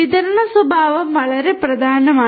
വിതരണ സ്വഭാവം വളരെ പ്രധാനമാണ്